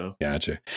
Gotcha